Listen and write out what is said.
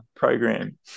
program